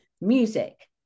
music